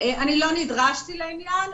אני לא נדרשתי לעניין.